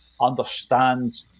understand